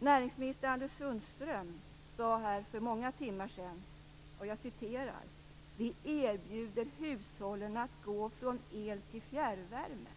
Näringsminister Anders Sundström sade här för många timmar sedan: "Vi erbjuder hushållen att gå från el till fjärrvärme."